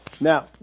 Now